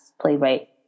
playwright